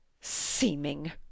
seeming